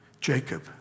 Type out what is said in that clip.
Jacob